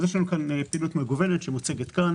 יש לנו פעילות מגוונת שמוצגת כאן.